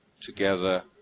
together